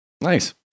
nice